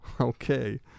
Okay